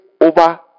over